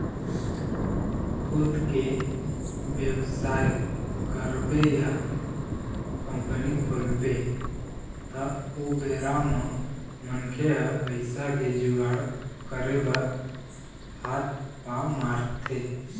खुद के बेवसाय करबे या कंपनी खोलबे त ओ बेरा म मनखे ह पइसा के जुगाड़ करे बर हात पांव मारथे